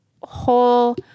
whole